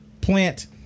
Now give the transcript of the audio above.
plant